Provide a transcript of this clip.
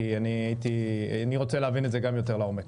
כי גם אני רוצה להבין את זה יותר לעומק.